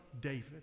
David